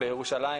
ובפרט בירושלים,